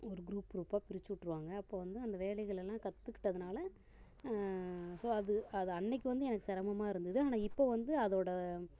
ஒரு குரூப் குரூப்பாக பிரித்து விட்ருவாங்க அப்போ வந்து அந்த வேலைகளெல்லாம் கத்துக்கிட்டதுனால் ஸோ அது அது அன்றைக்கி வந்து எனக்கு சிரமமா இருந்தது ஆனால் இப்போ வந்து அதோடய